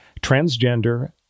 transgender